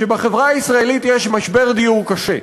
על כך שבחברה הישראלית יש משבר דיור קשה,